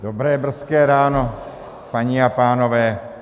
Dobré brzké ráno, paní a pánové.